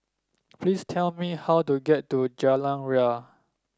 please tell me how to get to Jalan Ria